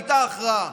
הייתה הכרעה.